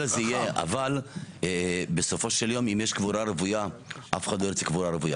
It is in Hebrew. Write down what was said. פה לפחות, אני מקווה שלא יגידו שרמ"י ספסרית